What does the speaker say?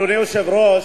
אדוני היושב-ראש,